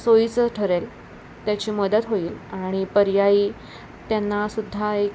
सोयीचं ठरेल त्याची मदत होईल आणि पर्यायी त्यांनासुद्धा एक